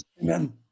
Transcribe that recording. Amen